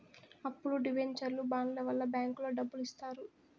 అప్పులు డివెంచర్లు బాండ్ల వల్ల బ్యాంకులో డబ్బులు ఇత్తారు